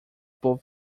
both